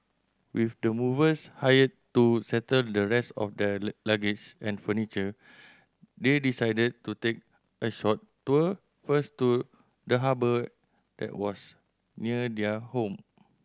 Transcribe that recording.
with the movers hired to settle the rest of their luggage and furniture they decided to take a short tour first to the harbour that was near their home